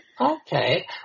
Okay